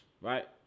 right